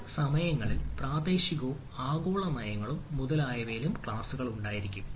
ചില സമയങ്ങളിൽ പ്രാദേശികവും ആഗോള നയങ്ങളും മുതലായവയിൽ ക്ലാസുകളുണ്ടെങ്കിൽ